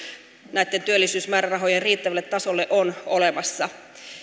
näitten työllisyysmäärärahojen riittävälle tasolle on olemassa